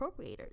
appropriators